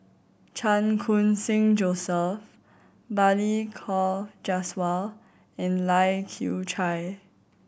Chan Khun Sing Joseph Balli Kaur Jaswal and Lai Kew Chai